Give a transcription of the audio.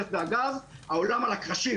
העולם על הקרשים.